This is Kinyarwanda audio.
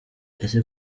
ese